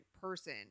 person